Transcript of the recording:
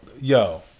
yo